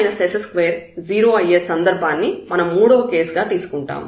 rt s20 అయ్యే సందర్భాన్ని మనం మూడవ కేస్ గా తీసుకుంటాం